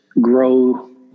grow